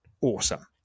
awesome